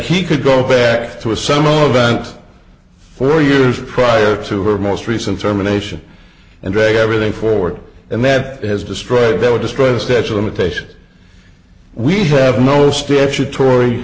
he could go back to a similar event four years prior to her most recent terminations and drag everything forward and that is destroyed that would destroy the statue limitations we have no statutory